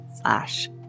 slash